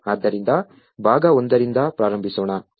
ಆದ್ದರಿಂದ ಭಾಗ ಒಂದರಿಂದ ಪ್ರಾರಂಭಿಸೋಣ